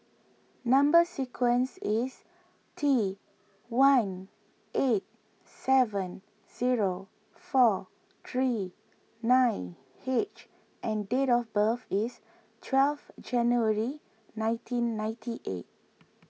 Number Sequence is T one eight seven zero four three nine H and date of birth is twelve January nineteen ninety eight